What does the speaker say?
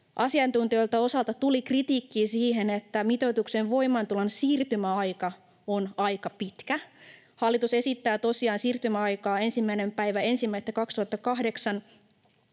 asiantuntijoista tuli kritiikkiä siihen, että mitoituksen voimaantulon siirtymäaika on aika pitkä. Hallitus esittää tosiaan siirtymäaikaa 1.1.2028,